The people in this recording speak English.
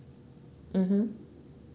mmhmm